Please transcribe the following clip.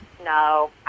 No